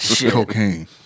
cocaine